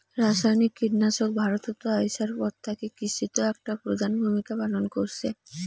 রাসায়নিক কীটনাশক ভারতত আইসার পর থাকি কৃষিত একটা প্রধান ভূমিকা পালন করসে